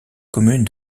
commune